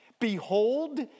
Behold